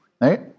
right